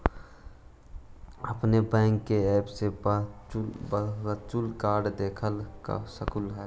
अपने बैंक के ऐप से तु वर्चुअल कार्ड देख सकलू हे